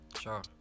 Sure